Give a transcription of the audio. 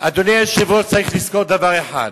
אדוני היושב-ראש, צריך לזכור דבר אחד.